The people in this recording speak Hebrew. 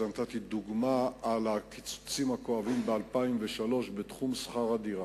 אבל נתתי דוגמה על הקיצוצים הכואבים ב-2003 בתחום שכר-הדירה,